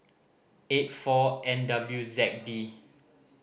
eight four N W Z D